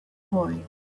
boy